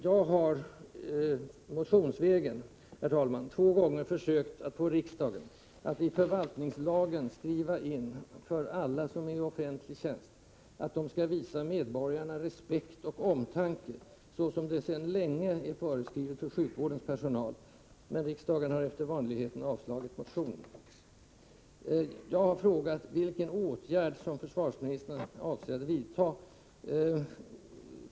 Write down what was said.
Jag har motionsvägen, herr talman, två gånger försökt få riksdagen att i förvaltningslagen skriva in att alla som är i offentlig tjänst skall visa medborgarna respekt och omtanke, såsom det sedan länge är föreskrivet för sjukvårdens personal. Men riksdagen har efter vanligheten avslagit motionerna. Jag har frågat vilken åtgärd som försvarsministern avser att vidta.